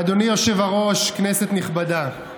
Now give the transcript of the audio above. אדוני היושב-ראש, כנסת נכבדה,